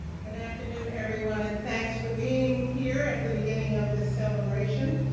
good afternoon, everyone, and thanks for being here at the beginning of this celebration.